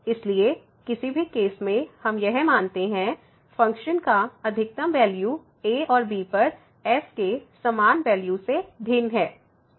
इसलिए किसी भी केस में हम यह मानते हैं फ़ंक्शन का अधिकतम वैल्यू a और b पर f के समान वैल्यू से भिन्न है